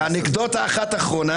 ואנקדוטה אחת אחרונה,